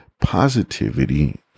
positivity